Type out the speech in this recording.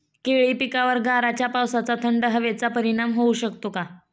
केळी पिकावर गाराच्या पावसाचा, थंड हवेचा परिणाम होऊ शकतो का?